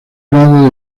grado